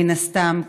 מן הסתם,